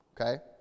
Okay